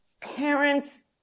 parents